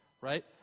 right